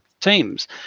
teams